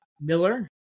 Miller